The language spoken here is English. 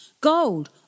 Gold